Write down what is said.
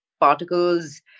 particles